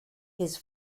his